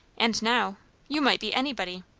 and now you might be anybody!